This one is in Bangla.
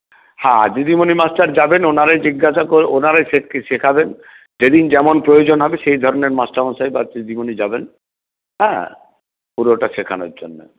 হ্যাঁ দিদিমনি মাস্টার যাবেন ওনারাই জিজ্ঞাসা করবেন ওনারাই শেখা শেখাবেন যেদিন যেমন প্রয়োজন হবে সেই ধরণের মাস্টারমশাই বা দিদিমনি যাবেন হ্যাঁ পুরোটা শেখানোর জন্যে